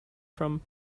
from